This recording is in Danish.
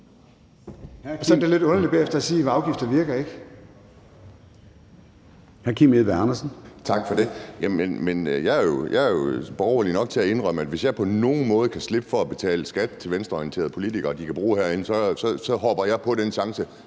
Gade): Hr. Kim Edberg Andersen. Kl. 11:23 Kim Edberg Andersen (NB): Jeg er jo borgerlig nok til at indrømme, at hvis jeg på nogen måde kan slippe for at betale skat til venstreorienterede politikere, som de kan bruge herinde, så hopper jeg på den chance,